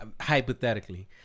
hypothetically